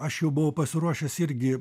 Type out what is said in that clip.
aš jau buvau pasiruošęs irgi